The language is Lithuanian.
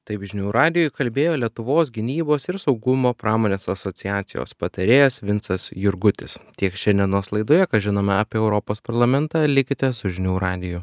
taip žinių radijui kalbėjo lietuvos gynybos ir saugumo pramonės asociacijos patarėjas vincas jurgutis tiek šiandienos laidoje ką žinome apie europos parlamentą likite su žinių radiju